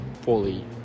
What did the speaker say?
fully